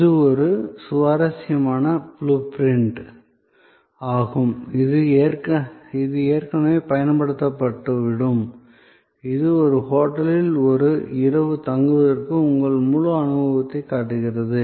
இது ஒரு சுவாரஸ்யமான ப்ளூ பிரிண்ட் ஆகும் இது ஏற்கனவே பயன்படுத்தப்பட்டுவிடும் இது ஒரு ஹோட்டலில் ஒரு இரவு தங்குவதற்கான உங்கள் முழு அனுபவத்தையும் காட்டுகிறது